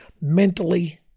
mentally